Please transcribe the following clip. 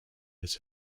its